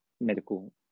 medical